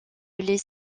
les